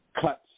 cuts